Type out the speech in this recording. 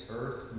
earth